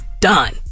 done